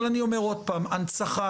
אני אומר עוד פעם,